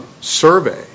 survey